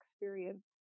experience